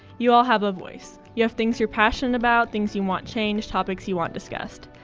you all have a voice you have things you're passionate about, things you want changed, topics you want discussed.